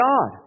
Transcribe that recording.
God